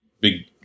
big